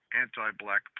anti-black